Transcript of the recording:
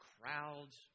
crowds